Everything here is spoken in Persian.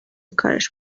کارش